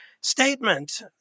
statement